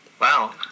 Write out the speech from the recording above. Wow